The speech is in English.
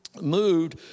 moved